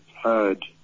heard